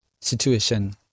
situation